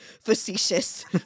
Facetious